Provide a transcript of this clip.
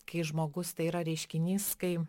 kai žmogus tai yra reiškinys kai